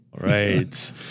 Right